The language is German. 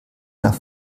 nach